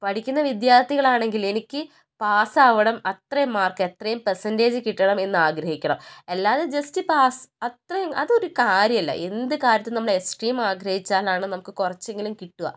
പഠിക്കുന്ന വിദ്യാർത്ഥികൾ ആണെങ്കിൽ എനിക്ക് പാസ് ആവണം അത്രയും മാർക്ക് അത്രയും പെർസൻ്റെജ് കിട്ടണം എന്ന് ആഗ്രഹിക്കണം അല്ലാതെ ജസ്റ്റ് പാസ് അത്രയ് അത് ഒരു കാര്യമല്ല എന്ത് കാര്യത്തിനും നമ്മൾ എക്സ്ട്രീം ആഗ്രഹിച്ചാലാണ് നമുക്ക് കുറച്ചെങ്കിലും കിട്ടുക